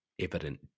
evident